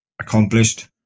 accomplished